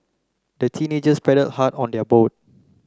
the teenagers paddled hard on their boat